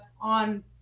on